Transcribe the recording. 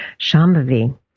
Shambhavi